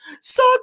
suck